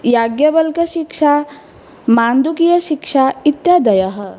याज्ञवल्क्यशिक्षा माण्डुकीयशिक्षा इत्यादयः